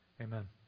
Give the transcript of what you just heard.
Amen